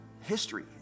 history